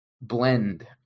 blend